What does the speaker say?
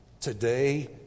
today